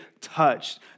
touched